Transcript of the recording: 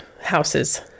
houses